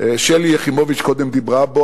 שלי יחימוביץ קודם דיברה בו,